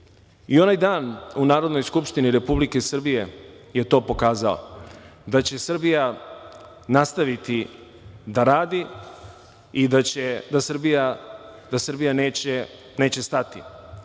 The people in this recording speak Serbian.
Onaj dan u Narodnoj skupštini Republike Srbije je to pokazao, da će Srbija nastaviti da radi i da Srbija neće stati,